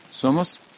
Somos